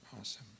Awesome